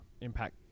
impact